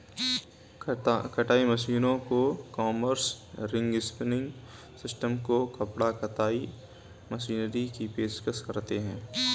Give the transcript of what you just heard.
कताई मशीनों को कॉम्बर्स, रिंग स्पिनिंग सिस्टम को कपड़ा कताई मशीनरी की पेशकश करते हैं